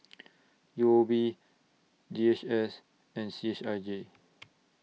U O B D H S and C H I J